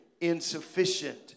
insufficient